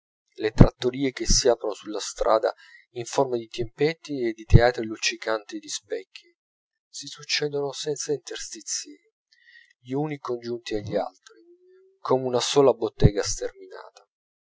le trattorie che s'aprono sulla strada in forma di tempietti e di teatri luccicanti di specchi si succedono senza interstizii gli uni congiunti agli altri come una sola bottega sterminata